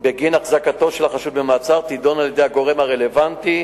בגין החזקתו במעצר תידון על-ידי הגורם הרלוונטי,